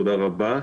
תודה רבה.